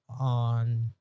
on